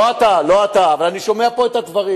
לא, אבל אני לא עושה את זה.